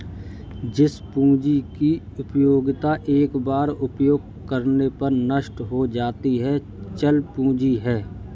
जिस पूंजी की उपयोगिता एक बार उपयोग करने पर नष्ट हो जाती है चल पूंजी है